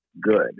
good